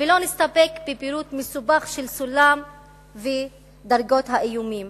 ולא נסתפק בפירוט מסובך של סולם ודרגות האיומים.